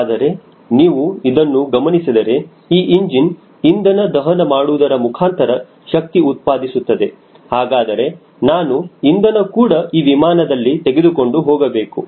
ಆದರೆ ನೀವು ಇದನ್ನು ಗಮನಿಸಿದರೆ ಈ ಇಂಜಿನ್ ಇಂಧನ ದಹನ ಮಾಡುವುದರ ಮುಖಾಂತರ ಶಕ್ತಿ ಉತ್ಪಾದಿಸುತ್ತದೆ ಹಾಗಾದರೆ ನಾನು ಇಂಧನ ಕೂಡ ಈ ವಿಮಾನದಲ್ಲಿ ತೆಗೆದುಕೊಂಡು ಹೋಗಬೇಕು